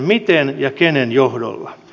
miten ja kenen johdolla